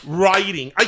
writing